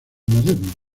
moderno